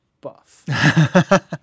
buff